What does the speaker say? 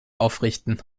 aufrichten